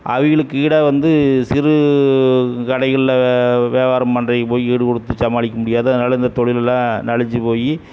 அவகளுக்கு ஈடாக வந்து சிறுகடைகள்ல வியாபாரம் பண்ணுறவிங்க போய் ஈடு கொடுத்து சமாளிக்க முடியாது அதனால் இந்த தொழில்லாம் நளிஞ்சு போய்